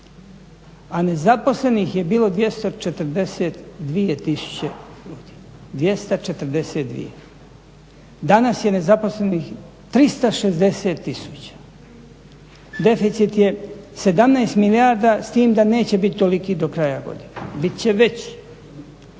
a nezaposleno ih je bilo 242 tisuće ljudi. Danas je nezaposlenih 360 tisuća, deficit je 17 milijarda s tim da neće biti toliki do kraja godine, bit će veći.